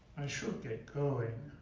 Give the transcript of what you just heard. should get going,